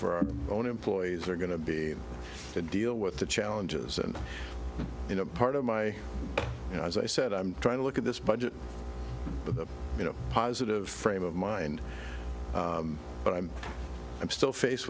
for our own employees are going to be to deal with the challenges and you know part of my you know as i said i'm trying to look at this budget you know positive frame of mind but i'm i'm still face